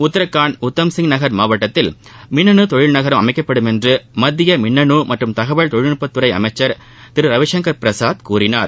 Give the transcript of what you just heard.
உத்ராகாண்ட் உதம்சிய் நகர் மாவட்டத்தில் மின்னனு தொழில் நகரம் அமைக்கப்படுமென்று மத்திய மின்னனு மற்றம் தகவல் தொழில்நட்பத் துறை அமைச்சர் திரு ரவிசங்கர் பிரசாத் கூறினார்